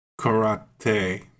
Karate